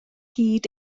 hyd